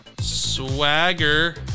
Swagger